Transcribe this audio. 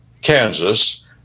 Kansas